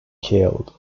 killed